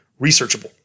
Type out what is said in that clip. researchable